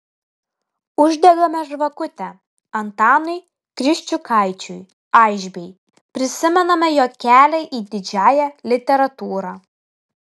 uždegame žvakutę antanui kriščiukaičiui aišbei prisimename jo kelią į didžiąją literatūrą